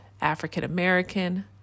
African-American